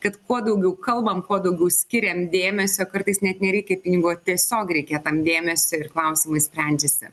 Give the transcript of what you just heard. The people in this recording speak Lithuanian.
kad kuo daugiau kalbam kuo daugiau skiriam dėmesio kartais net nereikia pinigų o tiesiog reikia tam dėmesio ir klausimai sprendžiasi